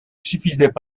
suffisaient